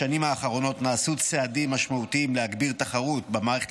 בשנים האחרונות נעשו צעדים משמעותיים להגביר תחרות במערכת